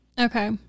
Okay